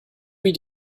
wie